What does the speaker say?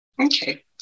okay